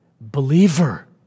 believer